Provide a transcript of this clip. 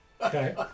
Okay